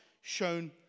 shown